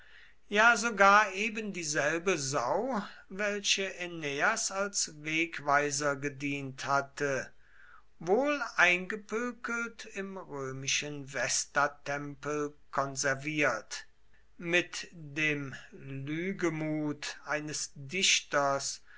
ja sogar ebendieselbe sau welche aeneas als wegweiser gedient hatte wohl eingepökelt im römischen vestatempel konservierte mit dem lügemut eines dichters